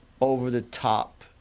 over-the-top –